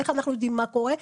איך אנחנו יודעים מה קורה?